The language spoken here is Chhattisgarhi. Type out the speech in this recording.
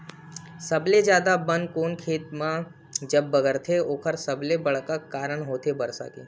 सबले जादा बन कोनो खेत म जब बगरथे ओखर सबले बड़का कारन होथे बरसा के